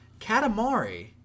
Katamari